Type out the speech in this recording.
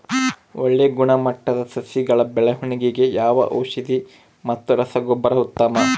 ಒಳ್ಳೆ ಗುಣಮಟ್ಟದ ಸಸಿಗಳ ಬೆಳವಣೆಗೆಗೆ ಯಾವ ಔಷಧಿ ಮತ್ತು ರಸಗೊಬ್ಬರ ಉತ್ತಮ?